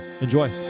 Enjoy